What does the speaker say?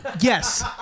Yes